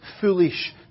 foolish